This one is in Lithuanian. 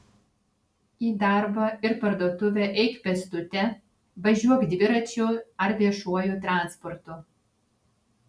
į darbą ir parduotuvę eik pėstute važiuok dviračiu ar viešuoju transportu